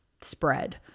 spread